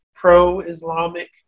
pro-Islamic